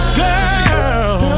girl